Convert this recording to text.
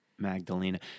Magdalena